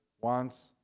wants